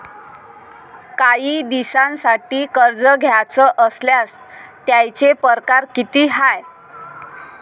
कायी दिसांसाठी कर्ज घ्याचं असल्यास त्यायचे परकार किती हाय?